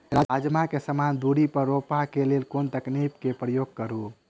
राजमा केँ समान दूरी पर रोपा केँ लेल केँ तकनीक केँ प्रयोग करू?